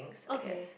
okay